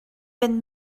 fynd